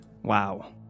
Wow